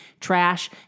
trash